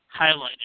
highlighted